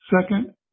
Second